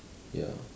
ya